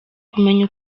kumenya